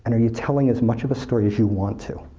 and are you telling as much of a story as you want to?